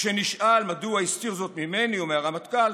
וכשנשאל מדוע הסתיר זאת ממני או מהרמטכ"ל